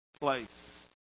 place